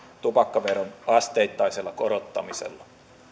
tupakkaveron asteittaisella korottamisella